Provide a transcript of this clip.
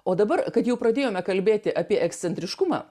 o dabar kad jau pradėjome kalbėti apie ekscentriškumą